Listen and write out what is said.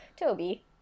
Toby